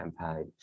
campaign